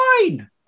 fine